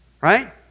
Right